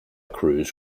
crews